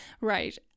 right